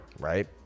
right